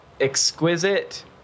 exquisite